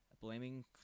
blaming